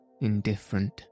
indifferent